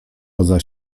poza